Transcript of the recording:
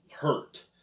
hurt